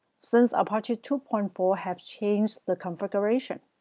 since apache two point four has changed the configuration,